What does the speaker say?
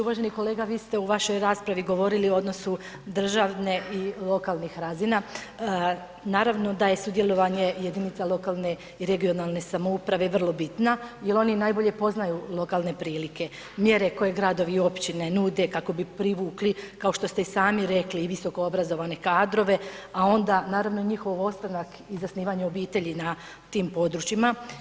Uvaženi kolega vi ste u vašoj raspravi govorili o odnosu državne i lokalnih razina, naravno da je sudjelovanje jedinica lokalne i regionalne samouprave vrlo bitna, jer oni najbolje poznaju lokalne prilike, mjere koje Gradovi i Općine nude kako bi privukli, kao što ste i sami rekli, i visokoobrazovane kadrove, a onda naravno i njihov ostanak, i zasnivanje obitelji na tim područjima.